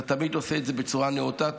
אתה תמיד עושה את זה בצורה נאותה.